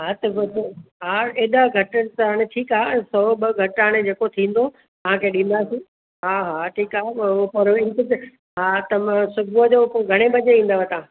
हा त बसि हा एॾा घटि त हाणे ठीकु आहे सौ ॿ घटि हाणे जेको थींदो तव्हां खे ॾींदासीं हा हा ठीकु आहे हा त सुबुह जो पोइ घणे बजे ईंदव तव्हां